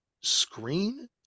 screen